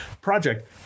project